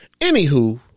Anywho